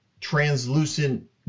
translucent